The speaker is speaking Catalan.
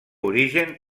origen